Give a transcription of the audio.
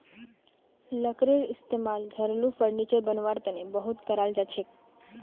लकड़ीर इस्तेमाल घरेलू फर्नीचर बनव्वार तने बहुत कराल जाछेक